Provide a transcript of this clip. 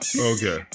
Okay